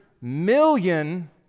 million